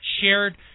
shared